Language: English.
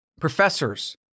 Professors